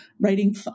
writing